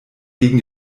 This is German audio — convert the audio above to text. gegen